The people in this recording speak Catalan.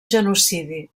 genocidi